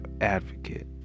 advocate